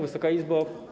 Wysoka Izbo!